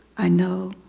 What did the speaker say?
i know.